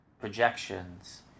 projections